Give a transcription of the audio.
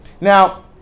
Now